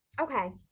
Okay